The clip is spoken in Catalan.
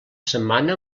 setmana